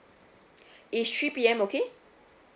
is three P_M okay